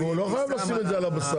אבל הוא לא חייב לשים את זה על הבשר,